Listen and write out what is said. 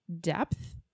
depth